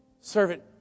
Servant